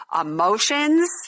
emotions